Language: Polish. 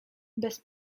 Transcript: bez